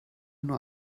nur